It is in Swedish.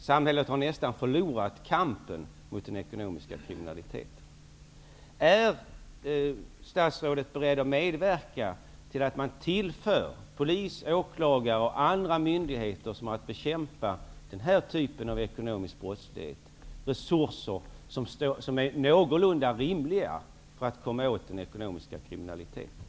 Samhället har nästan förlorat kampen mot den ekonomiska kriminaliteten. Är statsrådet beredd att medverka till att man tillför polis, åklagare och andra myndigheter, som har att bekämpa den här typen av ekonomisk brottslighet, resurser som är någorlunda rimliga för att komma åt den ekonomiska kriminaliteten?